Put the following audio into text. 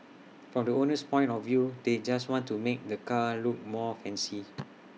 from the owner's point of view they just want to make the car look more fancy